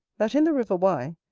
that in the river wye,